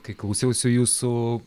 kai klausiausi jūsų